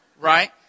Right